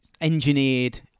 engineered